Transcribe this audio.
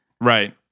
Right